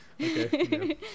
Okay